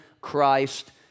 Christ